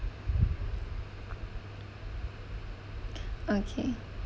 okay